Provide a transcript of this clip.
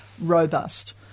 robust